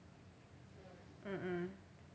mmhmm